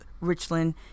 Richland